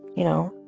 you know,